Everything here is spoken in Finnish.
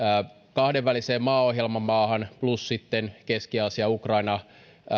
kahdenvälisen maaohjelman maahan plus sitten keski aasian ukrainan